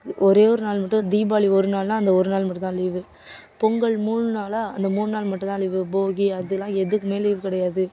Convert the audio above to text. ஒரே ஒரு நாள் மட்டும் தீபாவளி ஒரு நாள்னா அந்த ஒரு நாள் மட்டும்தான் லீவு பொங்கல் மூணு நாளா அந்த மூணு நாள் மட்டும்தான் லீவு போகி அதலாம் எதுக்கும் லீவ் கிடையாது